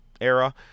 era